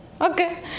Okay